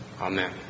Amen